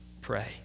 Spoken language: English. pray